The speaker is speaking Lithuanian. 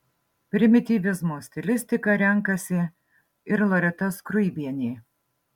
primityvizmo stilistiką renkasi ir loreta skruibienė